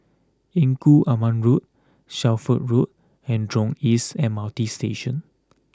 Engku Aman Road Shelford Road and Jurong East M R T Station